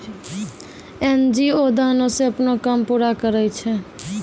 NGO दानो से अपनो काम पूरा करै छै